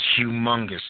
humongous